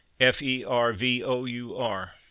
f-e-r-v-o-u-r